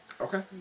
Okay